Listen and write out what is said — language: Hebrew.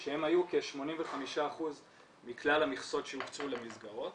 בשנת 2017 שהן היו כ-85% מכלל המכסות שהוקצו למסגרות.